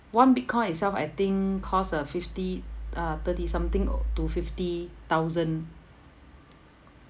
one bitcoin itself I think cost uh fifty uh thirty something o~ to fifty thousand